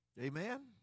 Amen